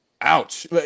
ouch